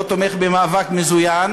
לא תומך במאבק מזוין,